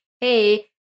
Hey